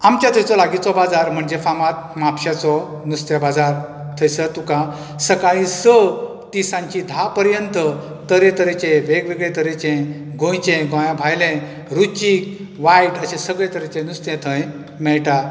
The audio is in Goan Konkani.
आमच्या थंयचो लागीचो बाजार म्हणजे फामाद म्हापशेचो नुस्त्या बाजार थंयसर तुका सकाळी स ती सांची धा पर्यंत तरेतरेचे वेगवेगळे तरेचे गोंयचे गोंया भायले रुचीक वायट अशे सगळे तरेचे नुस्तें थंय मेळटा